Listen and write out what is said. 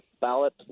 ballot